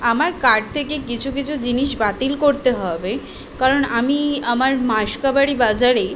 আমার কার্ট থেকে কিছু কিছু জিনিস বাতিল করতে হবে কারণ আমি আমার মাস কাবারি বাজারে